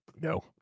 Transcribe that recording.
No